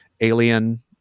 alien